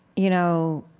you know,